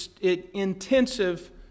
intensive